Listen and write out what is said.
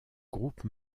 groupe